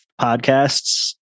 podcasts